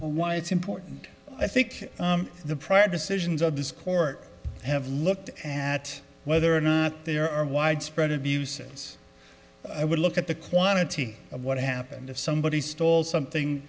why it's important i think the prior decisions of this court have looked at whether or not there are widespread abuses i would look at the quantity of what happened if somebody stole something